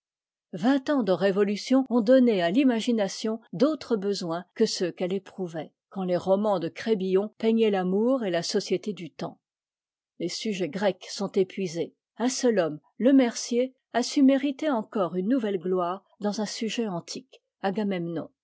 vingt ans de révolution ont donné à l'imagination d'autres besoins que ceux qn'elle éprouvait quand les romans de crébillon peignaient l'amour et la société du temps les sujets grecs sont épuisés un seul homme lemercier a su mériter encore une nouvelle gloire dans un sujet antique agamemnon